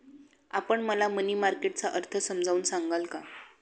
आपण मला money market चा अर्थ समजावून सांगाल का?